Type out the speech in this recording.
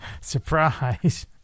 surprise